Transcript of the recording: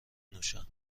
نوشم